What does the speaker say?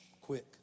quick